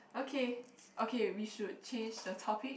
okay okay we should change the topic